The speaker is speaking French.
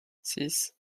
six